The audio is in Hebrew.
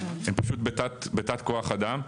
הם פשוט בתת כוח אדם.